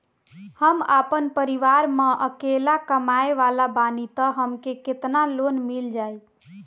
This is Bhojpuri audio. हम आपन परिवार म अकेले कमाए वाला बानीं त हमके केतना लोन मिल जाई?